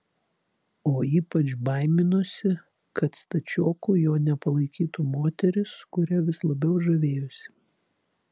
o ypač baiminosi kad stačioku jo nepalaikytų moteris kuria vis labiau žavėjosi